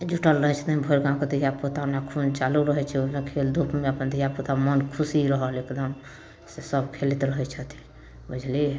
जुटल रहै छथिन भरि गाँवके धिया पूता ओना खूब चालू रहै छै ओकरा खेल धूपमे अपन ओना धिया पूता मन खुशी रहल एकदम से सब खेलैत रहय छथिन बुझलियै